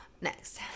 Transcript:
Next